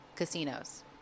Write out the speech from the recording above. Casinos